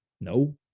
No